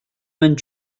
vingt